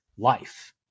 life